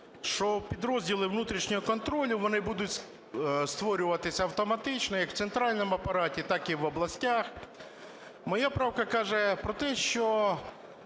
що підрозділи внутрішнього контролю, вони будуть створюватися автоматично як у центральному апараті, так і в областях. Моя правка каже про те, що